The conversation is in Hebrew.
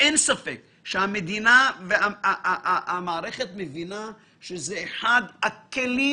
אין ספק שהמדינה והמערכת מבינות שזה אחד הכלים